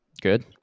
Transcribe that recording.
Good